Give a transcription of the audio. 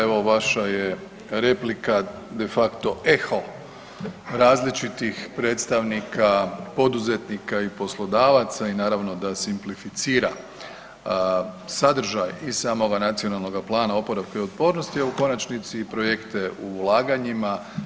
Evo vaša je replika de facto eho različitih predstavnika poduzetnika i poslodavaca i naravno da se simplificira sadržaj iz samoga Nacionalnoga plana oporavka i otpornosti, a u konačnici u projekte u ulaganjima.